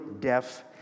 deaf